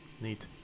Neat